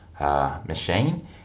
machine